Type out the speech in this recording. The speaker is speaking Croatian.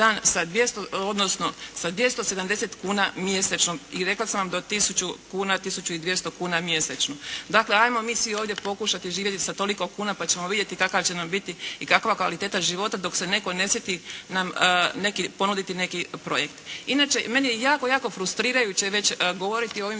dan sa 270 kuna mjesečno. I rekla sam vam do tisuću kuna, do tisuću i 200 kuna mjesečno. Dakle, ajmo mi svi ovdje pokušati živjeti sa toliko kuna pa ćemo vidjeti kakav će nam biti i kakva kvaliteta života dok se netko ne sjeti nam ponuditi neki projekt. Inače meni je jako, jako frustrirajuće već govoriti o ovim